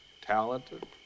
talented